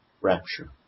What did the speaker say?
rapture